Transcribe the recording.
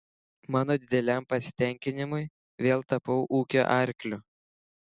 mano dideliam pasitenkinimui vėl tapau ūkio arkliu